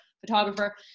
photographer